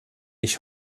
ich